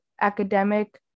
academic